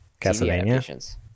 Castlevania